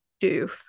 doof